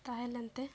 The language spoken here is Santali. ᱛᱟᱦᱮᱸ ᱞᱮᱱᱛᱮ